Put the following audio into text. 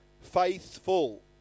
faithful